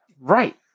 Right